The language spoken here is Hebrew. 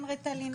כן ריטלין,